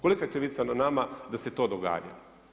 Kolika je krivica na nama da se to događa?